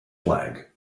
flag